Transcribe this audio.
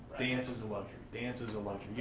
dance is a luxury, dance is a luxury.